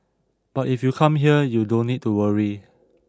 but if you come here you don't need to worry